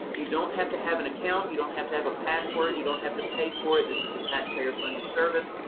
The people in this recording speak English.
you don't have to have an account, you don't have to have a password, you don't have to pay for it this is a taxpayer-funded service.